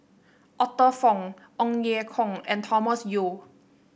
Arthur Fong Ong Ye Kung and Thomas Yeo